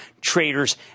traders